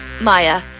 Maya